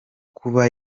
kuba